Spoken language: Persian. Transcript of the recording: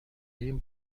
این